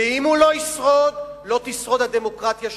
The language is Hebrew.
ואם הוא לא ישרוד, לא תשרוד הדמוקרטיה שלנו,